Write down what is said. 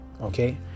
okay